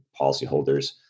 policyholders